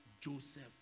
Joseph